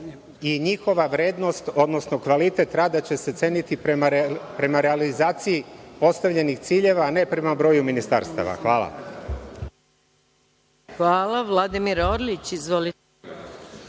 i njihova vrednost, odnosno kvalitet rada će se ceniti prema realizaciji postavljenih ciljeva, a ne prema broju ministarstava. **Maja Gojković** Hvala. Vladimir Orlić.